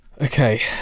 Okay